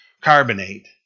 carbonate